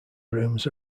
rooms